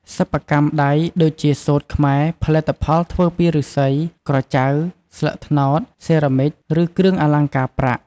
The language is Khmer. សិប្បកម្មដៃដូចជា សូត្រខ្មែរ ផលិតផលធ្វើពីឫស្សី ក្រចៅ ស្លឹកត្នោត សេរ៉ាមិច ឬ គ្រឿងអលង្ការប្រាក់។